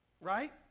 right